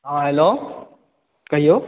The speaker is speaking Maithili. हँ हैलो क़हियौ